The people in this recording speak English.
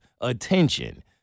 attention